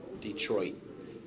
Detroit